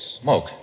smoke